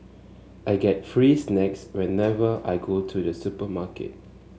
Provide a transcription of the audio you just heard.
I get free snacks whenever I go to the supermarket